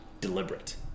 deliberate